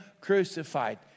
crucified